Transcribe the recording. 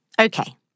Okay